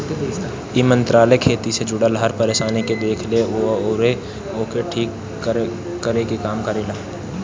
इ मंत्रालय खेती से जुड़ल हर परेशानी के देखेला अउरी ओके ठीक करे के काम करेला